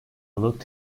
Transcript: looked